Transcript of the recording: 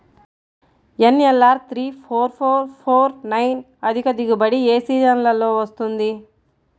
NLR three four four four nine అధిక దిగుబడి ఏ సీజన్లలో వస్తుంది?